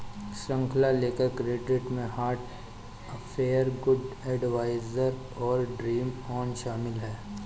श्रृंखला लेखन क्रेडिट में हार्ट अफेयर, गुड एडवाइस और ड्रीम ऑन शामिल हैं